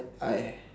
I